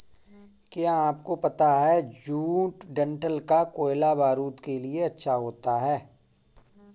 क्या आपको पता है जूट डंठल का कोयला बारूद के लिए अच्छा होता है